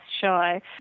shy